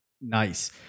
Nice